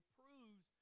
proves